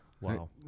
Wow